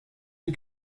het